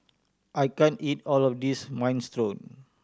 I can't eat all of this Minestrone